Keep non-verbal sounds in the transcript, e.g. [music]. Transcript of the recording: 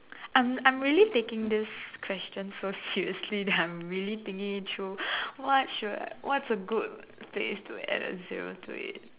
I'm I'm really taking this question so seriously that I'm really thinking it through [noise] what should what's a good place to add a zero to it